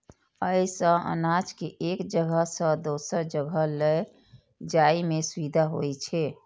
अय सं अनाज कें एक जगह सं दोसर जगह लए जाइ में सुविधा होइ छै